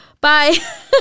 bye